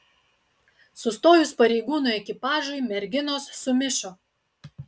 sustojus pareigūnų ekipažui merginos sumišo